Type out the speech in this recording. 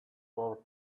four